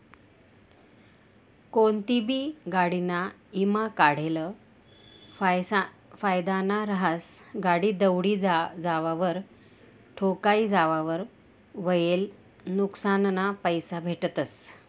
कोनतीबी गाडीना ईमा काढेल फायदाना रहास, गाडी दवडी जावावर, ठोकाई जावावर व्हयेल नुक्सानना पैसा भेटतस